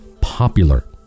popular